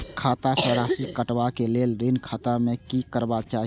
खाता स राशि कटवा कै लेल ऋण खाता में की करवा चाही?